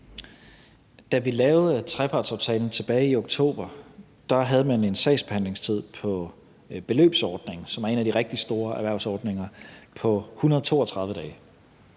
Da vi lavede trepartsaftalen tilbage i oktober, havde man på beløbsordningen, som er en af de rigtig store erhvervsordninger, en